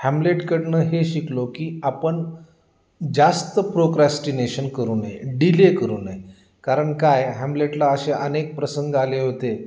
हॅमलेटकडनं हे शिकलो की आपण जास्त प्रोक्रॅस्टिनेशन करू नये डिले करू नये कारण काय हॅमलेटला असे अनेक प्रसंग आले होते